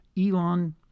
Elon